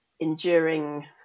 enduring